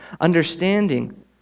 understanding